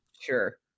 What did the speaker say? Sure